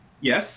Yes